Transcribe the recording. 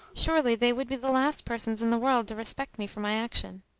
surely they would be the last persons in the world to respect me for my action?